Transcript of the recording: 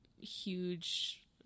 huge